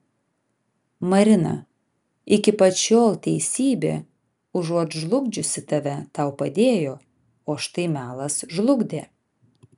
marina iki pat šiol teisybė užuot žlugdžiusi tave tau padėjo o štai melas žlugdė